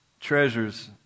treasures